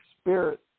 spirit